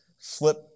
flip